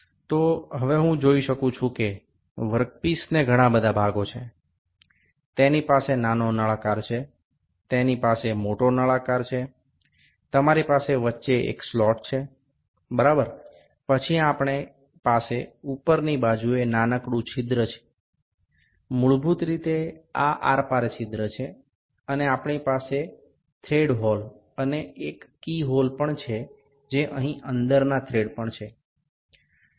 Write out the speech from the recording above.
તો હવે હું જોઈ શકું છું કે વર્કપીસને ઘણા બધા ભાગો છે તેની પાસે નાનો નળાકાર છે તેની પાસે મોટો નળાકાર છે તમારી પાસે વચ્ચે એક સ્લોટ છે બરાબર પછી આપણી પાસે ઉપરની બાજુએ નાનકડું છિદ્ર છે મૂળભૂત રીતે આ આરપાર છિદ્ર છે અને આપણી પાસે થ્રેડ હોલ અને એક કી હોલ પણ છે જે અહીં અંદરના થ્રેડ પણ છે